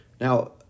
Now